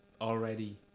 already